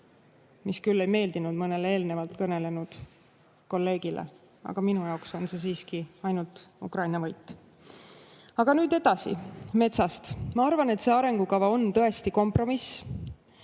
mis küll ei meeldinud mõnele eelnevalt kõnelenud kolleegile, aga minu jaoks on see siiski ainult Ukraina võit. Aga nüüd edasi metsast. Ma arvan, et see arengukava on tõesti kompromiss.